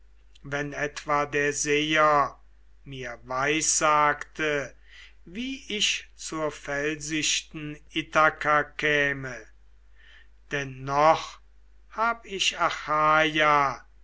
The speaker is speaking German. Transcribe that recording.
wenn etwa der seher mir weissagte wie ich zur felsichten ithaka käme denn noch hab ich achaia